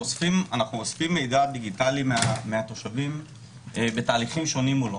אנחנו אוספים מידע דיגיטלי מהתושבים בתהליכים שונים מולו.